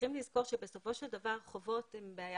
צריכים לזכור שבסופו של דבר חובות הם בעיה